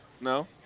No